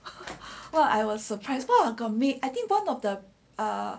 !wah! I was surprised !wah! I think one of the uh